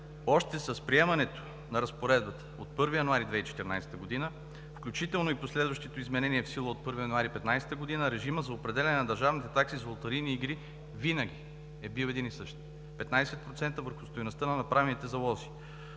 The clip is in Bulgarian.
Още с приемането на разпоредбата от 1 януари 2014 г., включително и последващото изменение в сила от 1 януари 2015 г., режимът за определяне на държавните такси за лотарийни игри винаги е бил един и същ – 15% върху стойността на направените залози.